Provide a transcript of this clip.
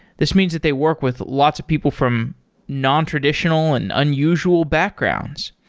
this means that they work with lots of people from nontraditional and unusual backgrounds.